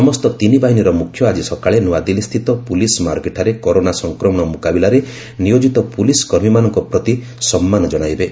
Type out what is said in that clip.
ସମସ୍ତ ତିନିବାହିନୀର ମୁଖ୍ୟ ଆଜି ସକାଳେ ନୂଆଦିଲ୍ଲୀ ସ୍ଥିତ ପୁଲିସ ସ୍ମାରକୀଠାରେ କରୋନା ସଂକ୍ରମଣ ମୁକାବିଲାରେ ନିୟୋଜିତ ପୁଲିସ କର୍ମୀମାନଙ୍କର କାର୍ଯ୍ୟ ପ୍ରତି ସମ୍ମାନ ଜଣାଇବେ